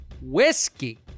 whiskey